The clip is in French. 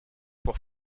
pour